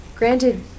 Granted